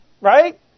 Right